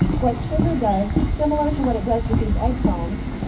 what sugar does, similar to what it does with these egg foams,